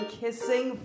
kissing